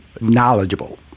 knowledgeable